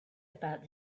about